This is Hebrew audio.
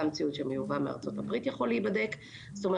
גם ציוד שמיובא מארצות הברית יכול להיבדק.